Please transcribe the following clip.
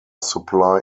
supply